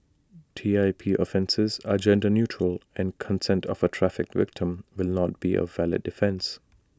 T I P offences are gender neutral and consent of A trafficked victim will not be A valid defence